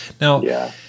Now